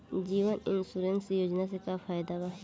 जीवन insurance योजना से का फायदा बा?